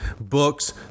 Books